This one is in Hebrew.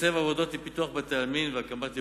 מתקצב עבודות לפיתוח בתי-עלמין והקמת עירובין,